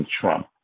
Trump